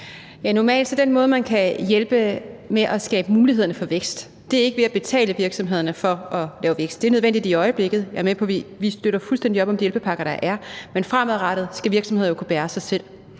Normalt er den måde, man kan hjælpe med at skabe muligheder for vækst, ikke at betale virksomhederne for at lave vækst. Det er nødvendigt i øjeblikket, det er jeg med på. Vi støtter fuldstændig op om de hjælpepakker, der er. Men fremadrettet skal virksomheder jo kunne bære sig selv.